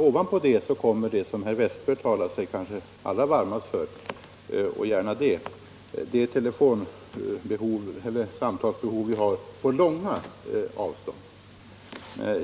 Ovanpå det kommer vad herr Westberg i Ljusdal talat sig allra varmast för — och gärna det — nämligen det samtalsbehov vi har på långa avstånd.